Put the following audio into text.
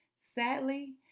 Sadly